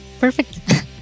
perfect